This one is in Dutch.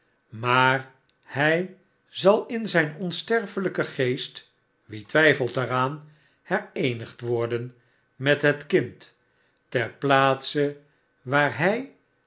maar hy zal in zyn onsterfelijken geest wie twyfeltdaaraan hereenigd worden met het kind ter plaatse waar hy